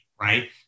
right